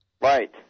Right